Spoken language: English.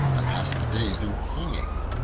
i passed the days in singing.